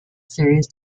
series